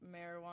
marijuana